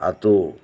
ᱟᱹᱛᱳ